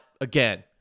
again